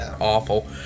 awful